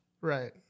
Right